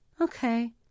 okay